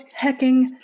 hecking